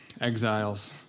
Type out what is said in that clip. exiles